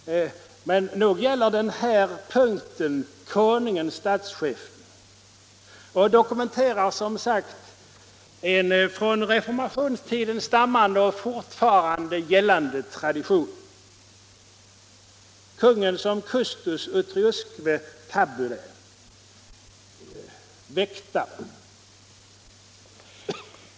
Men nog gäller den här punkten konungen-statschefen och dokumenterar som sagt en från reformationstiden stammande och fortfarande gällande tradition; kungen som väktare — custos utriusque tabulae.